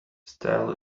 stall